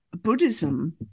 Buddhism